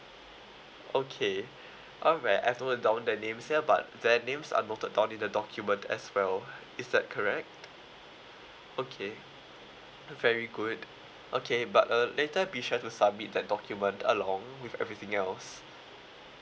okay alright I've noted down the names ya but their names are noted down in the document as well is that correct okay very good okay but uh later be sure to submit that document along with everything else